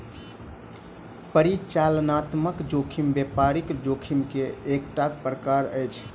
परिचालनात्मक जोखिम व्यापारिक जोखिम के एकटा प्रकार अछि